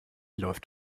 läuft